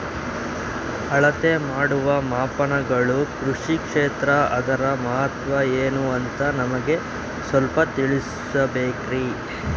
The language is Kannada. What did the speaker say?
ಅಳತೆ ಮಾಡುವ ಮಾಪನಗಳು ಕೃಷಿ ಕ್ಷೇತ್ರ ಅದರ ಮಹತ್ವ ಏನು ಅಂತ ನಮಗೆ ಸ್ವಲ್ಪ ತಿಳಿಸಬೇಕ್ರಿ?